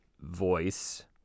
voice